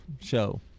show